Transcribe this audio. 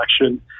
election